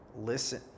listen